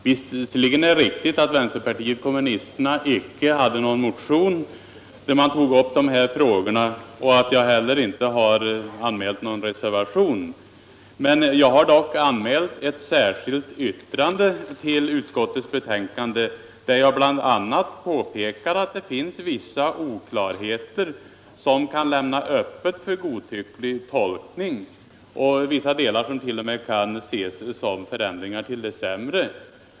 Visserligen är det riktigt att vänsterpartiet kommunisterna inte hade någon motion där vi tog upp de här frågorna och att jag heller inte har anmält någon reservation, men jag har dock avgivit ett särskilt yttrande vid betänkandet där jag bl.a. påpekar att det finns vissa oklarheter som kan lämna öppet för godtycklig tolkning och att vissa delar t.o.m. kan ses som förändringar till det sämre.